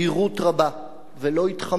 ולא התחמק משום שאלה.